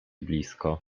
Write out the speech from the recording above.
blisko